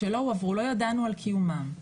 כשלא הועברו לא ידענו על קיומם.